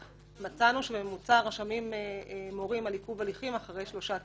מצאנו שממוצע הרשמים מורים על עיכוב הליכים אחרי שלושה תשלומים.